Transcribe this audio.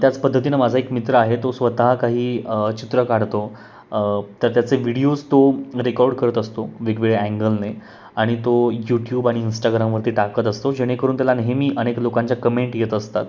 त्याच पद्धतीनं माझा एक मित्र आहे तो स्वतः काही चित्रं काढतो तर त्याचे व्हिडिओज तो रेकॉर्ड करत असतो वेगवेगळ्या अँगलने आणि तो यूट्यूब आणि इंस्टाग्रामवरती टाकत असतो जेणेकरून त्याला नेहमी अनेक लोकांच्या कमेंट येत असतात